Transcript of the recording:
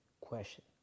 question